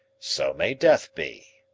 so may death be.